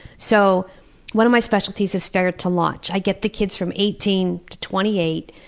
so one of my specialties is failure to launch. i get the kids from eighteen to twenty eight,